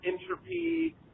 entropy